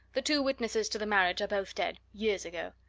the two witnesses to the marriage are both dead years ago.